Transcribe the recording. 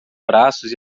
braços